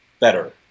Better